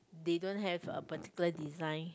they don't have a particular design